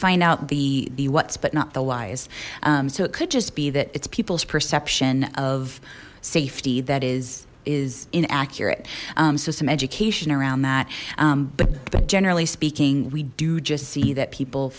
find out the the what's but not the whys so it could just be that it's people's perception of safety that is is inaccurate so some education around that but but generally speaking we do just see that people